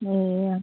ए अँ